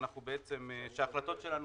שההחלטות שלנו